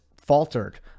faltered